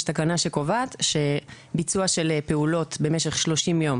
יש תקנה שקובעת שביצוע של פעולות במשך 30 יום